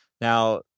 Now